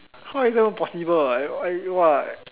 how is that even possible I I !wah!